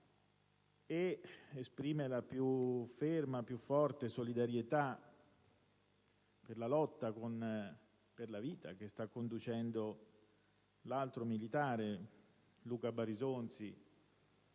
ed esprime la più ferma e forte solidarietà per la lotta per la vita che sta conducendo l'altro militare, Luca Barisonzi,